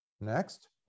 Next